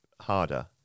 harder